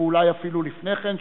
ואולי אפילו לפני כן,